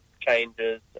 changes